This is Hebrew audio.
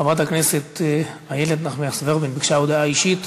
חברת הכנסת איילת נחמיאס ורבין ביקשה הודעה אישית,